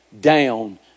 down